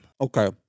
Okay